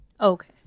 Okay